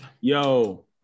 Yo